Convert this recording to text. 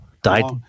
Died